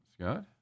Scott